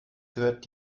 gehört